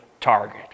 target